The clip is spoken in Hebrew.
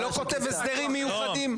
ולא כותב הסדרים מיוחדים.